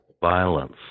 violence